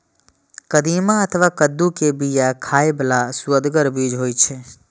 कदीमा अथवा कद्दू के बिया खाइ बला सुअदगर बीज होइ छै